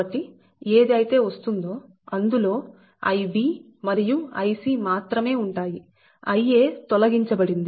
కాబట్టి ఏది అయితే వస్తుందో అందులో Ib మరియు Ic మాత్రమే ఉంటాయి Ia తొలగించబడింది